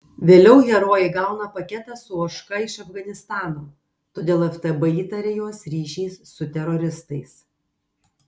vėliau herojai gauna paketą su ožka iš afganistano todėl ftb įtaria juos ryšiais su teroristais